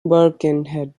birkenhead